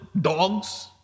dogs